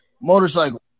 Motorcycle